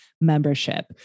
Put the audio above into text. membership